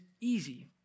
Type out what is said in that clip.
easy